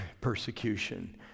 persecution